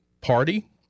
Party